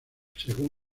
según